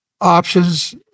options